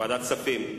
ועדת הכספים.